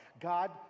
God